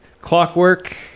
clockwork